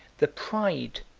the pride,